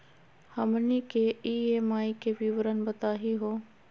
हमनी के ई.एम.आई के विवरण बताही हो?